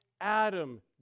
Adam